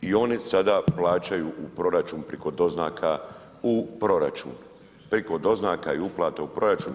i oni sada plaćaju u proračun priko doznaka u proračun, priko doznaka i uplata u proračun.